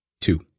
Two